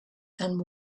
and